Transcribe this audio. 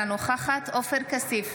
אינה נוכחת עופר כסיף,